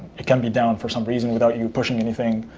it can be down for some reason without you pushing anything,